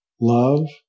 Love